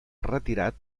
retirat